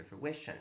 fruition